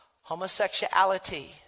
Homosexuality